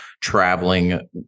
traveling